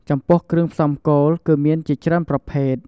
ចំពោះគ្រឿងផ្សំគោល គឺមានជាច្រើនប្រភេទ។